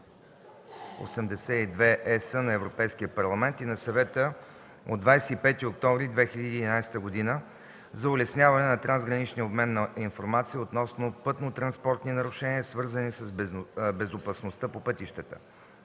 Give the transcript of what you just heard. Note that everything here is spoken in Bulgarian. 2011/82/ЕС на Европейския парламент и на Съвета от 25 октомври 2011 г. за улесняване на трансграничния обмен на информация относно пътнотранспортни нарушения, свързани с безопасността по пътищата.